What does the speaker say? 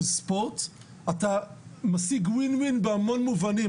ספורט אתה משיג WIN-WIN בהמון מובנים.